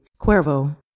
Cuervo